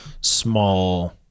small